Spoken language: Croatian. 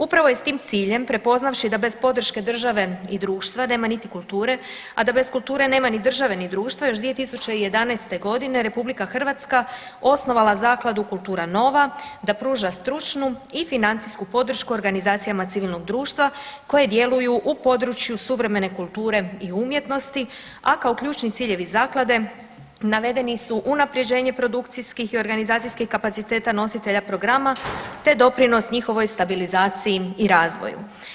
Upravo je s tim ciljem prepoznavši da bez podrške države i društva nema niti kulture, a da bez kulture nema ni države ni društva još 2011. godine RH osnovala zakladu Kultura nova da pruža stručnu i financijsku podršku organizacijama civilnog društva koje djeluju u području suvremene kulture i umjetnosti, a kao ključni ciljevi zaklade navedeni su unaprjeđenje produkcijskih i organizacijskih kapaciteta nositelja programa te doprinos njihovoj stabilizaciji i razvoju.